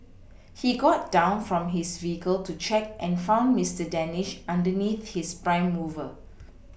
he got down from his vehicle to check and found Mister Danish underneath his prime mover